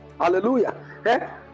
Hallelujah